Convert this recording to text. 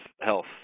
health